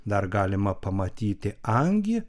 dar galima pamatyti angį